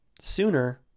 sooner